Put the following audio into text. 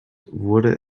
wurde